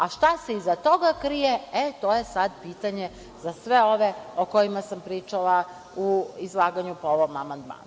A šta se iza toga krije, e to je sad pitanje za sve ove o kojima sam pričala u izlaganju po ovom amandmanu.